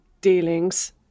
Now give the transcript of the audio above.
dealings